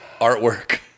artwork